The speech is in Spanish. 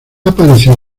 aparecido